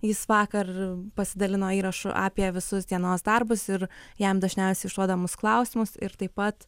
jis vakar pasidalino įrašu apie visus dienos darbus ir jam dažniausiai užduodamus klausimus ir taip pat